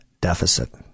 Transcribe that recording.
deficit